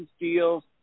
deals